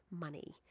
money